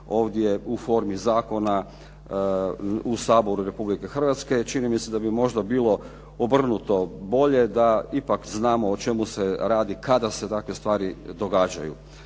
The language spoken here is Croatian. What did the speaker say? ovdje u formi zakona u Sabor Republike Hrvatske. Čini mi se da bi možda bilo obrnuto bolje da ipak znamo o čemu se radi kada se dakle stvari događaju.